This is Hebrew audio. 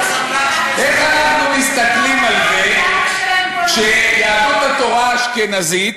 איך אנחנו מסתכלים על זה שיהדות התורה האשכנזית